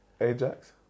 Ajax